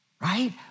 Right